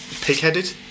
pig-headed